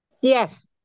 Yes